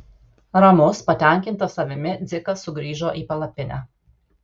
ramus patenkintas savimi dzikas sugrįžo į palapinę